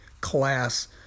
class